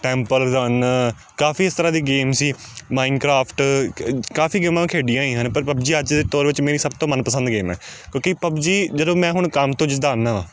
temple Run ਕਾਫੀ ਇਸ ਤਰ੍ਹਾਂ ਦੀਆਂ ਗੇਮਜ ਸੀ ਮਾਇੰਡ ਕਰਾਫਟ ਕਾਫੀ ਗੇਮਾਂ ਖੇਡੀਆਂ ਹੋਈਆਂ ਹਨ ਪਰ ਪੱਬਜੀ ਅੱਜ ਦੇ ਦੌਰ ਵਿੱਚ ਮੇਰੀ ਸਭ ਤੋਂ ਮਨਪਸੰਦ ਗੇਮ ਹੈ ਕਿਉਂਕਿ ਪੱਬਜੀ ਜਦੋਂ ਮੈਂ ਹੁਣ ਕੰਮ ਤੋਂ ਜਿੱਦਾਂ ਆਉਂਦਾ ਵਾ